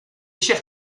chers